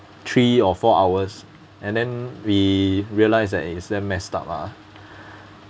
three or four hours and then we realise that is damn messed up lah